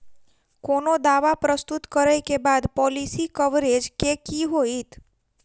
कोनो दावा प्रस्तुत करै केँ बाद पॉलिसी कवरेज केँ की होइत?